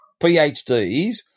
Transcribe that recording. PhDs